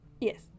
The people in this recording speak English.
yes